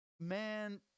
Man